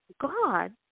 God